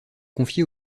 confiée